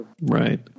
Right